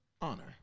honor